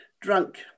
drunk